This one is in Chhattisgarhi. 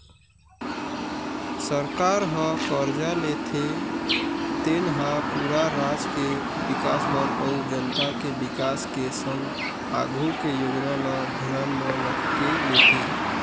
सरकार ह करजा लेथे तेन हा पूरा राज के बिकास बर अउ जनता के बिकास के संग आघु के योजना ल धियान म रखके लेथे